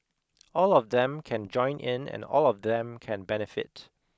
all of them can join in and all of them can benefit